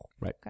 Right